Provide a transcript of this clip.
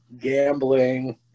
gambling